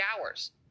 hours